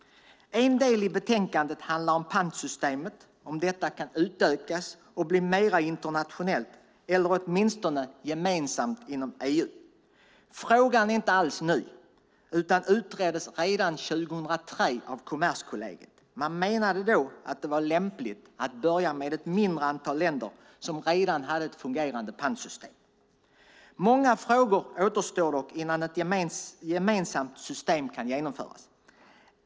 En del i betänkandet handlar om pantsystemet, om detta kan utökas och bli mer internationellt eller åtminstone gemensamt inom EU. Frågan är inte alls ny utan utreddes redan 2003 av kommerskollegiet. Man menade då att det var lämpligt att börja med ett mindre antal länder som redan har ett fungerande pantsystem. Många frågor återstår dock innan ett gemensamt system kan genomföras.